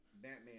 Batman